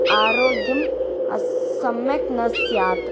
आरोग्यं सम्यक् न स्यात्